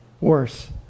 worse